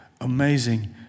amazing